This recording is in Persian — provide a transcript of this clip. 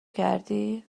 کردی